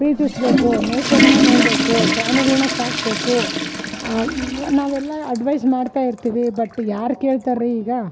ಪ್ರೀತಿಸಬೇಕು ನೇಚರ್ನ ನೋಡಬೇಕು ಪ್ರಾಣಿಗಳ್ನ ಸಾಕಬೇಕು ನಾವೆಲ್ಲ ಆಡ್ವೈಸ್ ಮಾಡ್ತಾ ಇರ್ತೀವಿ ಬಟ್ ಯಾರು ಕೇಳ್ತಾರೆ ಈಗ